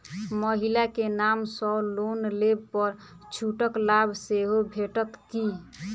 महिला केँ नाम सँ लोन लेबऽ पर छुटक लाभ सेहो भेटत की?